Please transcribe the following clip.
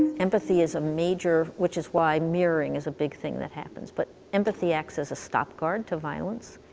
empathy is a major, which is why mirroring is a big thing that happens, but empathy acts as a stop guard to violence.